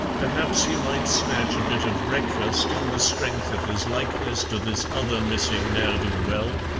perhaps he might snatch a bit of breakfast on the strength of his likeness to this other missing ne'er-do-well,